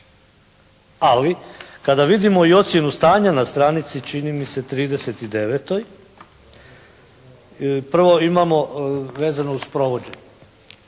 Ali kada vidimo i ocjenu stanja na stranici, čini mi se, 39. prvo imamo vezano uz provođenje.